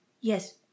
Yes